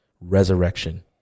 Resurrection